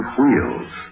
Wheels